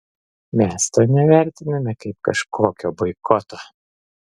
mes to nevertiname kaip kažkokio boikoto